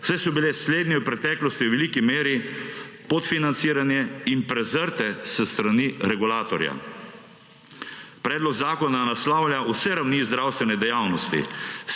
saj so bile slednje v preteklosti v veliki meri podfinancirane in prezrte s strani regulatorja. Predlog zakona naslavlja vse ravni zdravstvene dejavnosti.